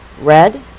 red